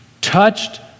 touched